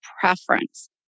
preference